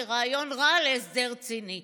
מרעיון רע להסדר ציני.